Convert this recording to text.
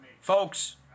folks